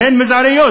שהן מזעריות,